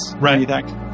Right